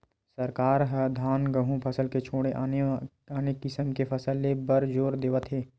सरकार ह धान, गहूँ फसल के छोड़े आने आने किसम के फसल ले बर जोर देवत हे